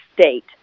state